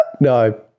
No